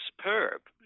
superb